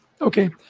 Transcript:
Okay